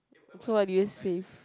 so what do you see